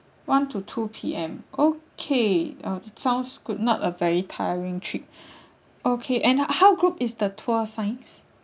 one to two P_M okay uh it sounds good not a very tiring trip okay and how group is the tour size